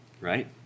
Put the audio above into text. right